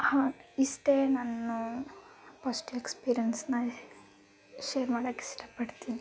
ಹಾಂ ಇಷ್ಟೇ ನಾನು ಫಸ್ಟ್ ಎಕ್ಸ್ಪೀರಿಯನ್ಸನ್ನ ಶೇರ್ ಮಾಡಕ್ಕೆ ಇಷ್ಟ ಪಡ್ತೀನಿ